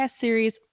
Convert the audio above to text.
series